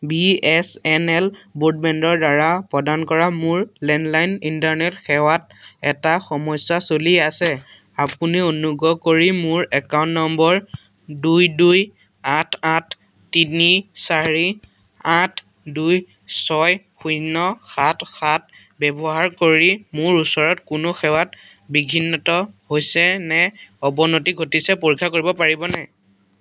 B S N L ব্ৰডবেণ্ডৰদ্বাৰা প্ৰদান কৰা মোৰ লেণ্ডলাইন ইণ্টাৰনেট সেৱাত এটা সমস্যা চলি আছে আপুনি অনুগ্ৰহ কৰি মোৰ একাউণ্ট নম্বৰ দুই দুই আঠ আঠ তিনি চাৰি আঠ দুই ছয় শূন্য সাত সাত ব্যৱহাৰ কৰি মোৰ ওচৰত কোনো সেৱাত বিঘ্নিত হৈছেনে অৱনতি ঘটিছে পৰীক্ষা কৰিব পাৰিবনে